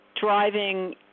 driving